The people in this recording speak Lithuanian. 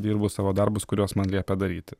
dirbu savo darbus kuriuos man liepia daryti